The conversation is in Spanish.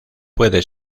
puede